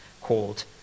called